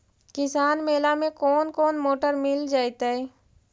किसान मेला में कोन कोन मोटर मिल जैतै?